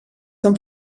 són